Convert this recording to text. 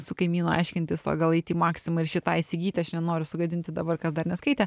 su kaimynu aiškintis o gal eit į maksimą ir šį tą įsigyti aš nenoriu sugadinti dabar kas dar neskaitė